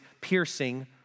piercing